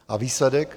A výsledek?